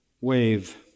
wave